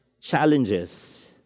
challenges